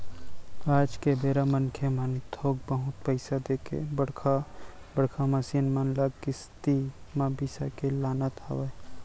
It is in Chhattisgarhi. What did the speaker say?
आज के बेरा मनखे मन ह थोक बहुत पइसा देके बड़का बड़का मसीन मन ल किस्ती म बिसा के लानत हवय